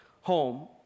home